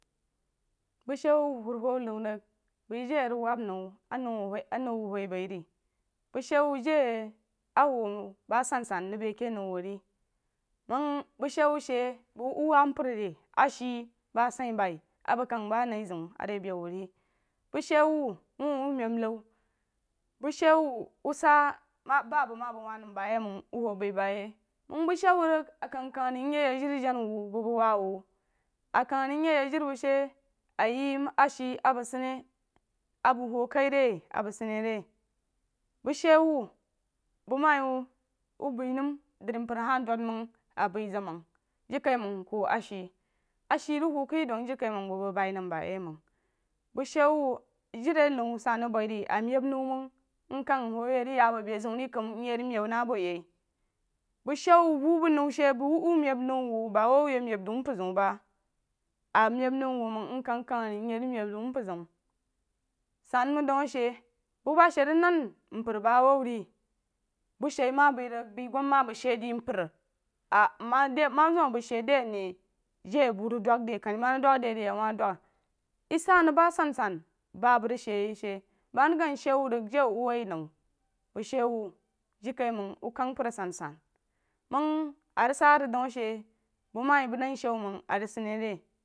Bəng she wuh wurwu nau rig bəi jei a rig wab nau a nau wuh woi bei ri bəng she wuh jei nwu ba asansan rig bei ke nau wuh ri məng bəng she wuh she bei wuh wab mpər ri ashi bəng asah bei a bang kəng ba nau a ri be wuh ri bəng she wuh jei a rig meb nah bəng she wuh wah wuh meb nau bəng she wuh wu sah ba bəng ma bəng wuh bəiu bn yeh məng bəng she wuh rig a kam kan ri myi yek jiri jana wuh bu bəng waa bəng a kəng ri myi yek jiri bəng rig she a yi a ashe bəng sid nəi a bang huu kai re a bəng sid nəi re bəng she wu bəng ma yi wuh bəi nəm dri mpər hah dod məng a bəi zang məng jirikaiməng ku ashe a she rig huu kai jirikaiməng bu bəng bei nəm ba yi məng bəng she wu jiri a nou san rig bai ri a meb nau məng mkəng wu rig ya bo bei zeun ri kam myi rig meb na bo yeh bəng she wu bo bəng nau mpər zeun ba a meb nau wuh məng mkan ri myeh rig meb nau mpər zeun saməng dəng a she bu ba she rig nən mpər ba a wuu ri bu shee ma bəi rig bei goma a bəng shedrí mpər a ma ma di madi a bəng she di a ne jei bu rig dəng de kani bna rig dəng de ri awa dəng ye sah nəng ba sa sansan ba a bəng rig she yi shi bəng ma rig gong she wu rig jei wu woi nau bəng she wu jirikaiməg wu kang mpər asansan məng a rig sah rig dau a she bəng ma yi bəng dan she wu mdng a rig sid ni re.